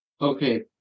Okay